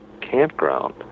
campground